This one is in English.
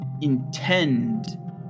intend